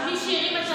מי שהרים את הנושא,